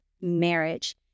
marriage